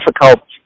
difficult